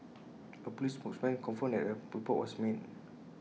A Police spokesman confirmed that A report was made